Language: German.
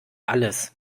alles